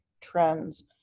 trends